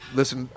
listen